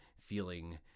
feeling